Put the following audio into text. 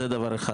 שנית,